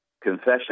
Confession